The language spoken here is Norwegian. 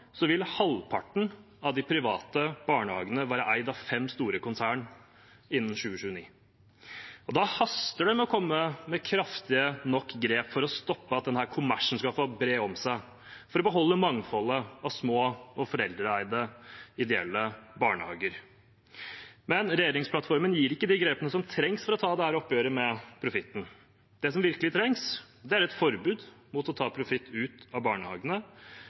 vil halvparten av de private barnehagene være eid av fem store konsern innen 2029. Da haster det med å komme med kraftige nok grep for å stoppe at denne kommersen skal få bre seg, for å beholde mangfoldet av små og foreldreeide ideelle barnehager. Men regjeringsplattformen gir ikke de grepene som trengs for å ta dette oppgjøret med profitten. Det som virkelig trengs, er et forbud mot å ta profitt ut av barnehagene,